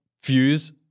fuse